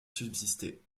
subsisté